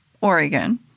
Oregon